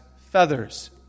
feathers